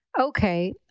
okay